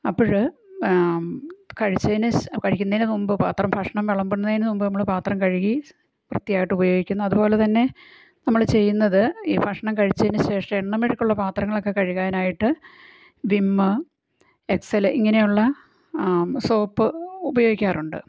അപ്പോൾ കഴിച്ചതിനു ശേ കഴിക്കുന്നതിനു മുൻപ് പാത്രം ഭക്ഷണം വിളമ്പുന്നതിനു മുൻപ് നമ്മൾ പാത്രം കഴുകി വൃത്തിയായിട്ട് ഉപയോഗിക്കുന്നു അതുപോലെ തന്നെ നമ്മൾ ചെയ്യുന്നത് ഈ ഭക്ഷണം കഴിച്ചതിനു ശേഷം എണ്ണമെഴുക്കുള്ള പാത്രങ്ങളൊക്കെ കഴുകാനായിട്ട് വിമ്മ് എക്സൽ ഇങ്ങനെയുള്ള സോപ്പ് ഉപയോഗിക്കാറുണ്ട്